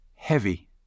Heavy